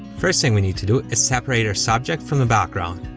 first thing we need to do is separate our subject from the background,